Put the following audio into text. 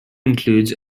includes